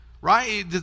right